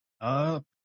up